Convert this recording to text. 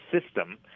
system